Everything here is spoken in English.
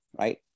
right